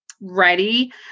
ready